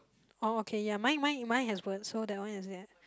oh okay ya mine mine mine has words so that one is it